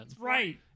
Right